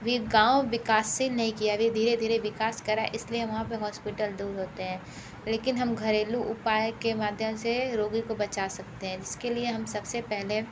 वे गाँव विकासशील नहीं किया अभी धीरे धीरे विकास कर रहा इसलिए वहाँ पे हॉस्पिटल दूर होते हैं लेकिन हम घरेलू उपाय के माध्यम से रोगी को बचा सकते हैं जिसके लिए हम सबसे पहले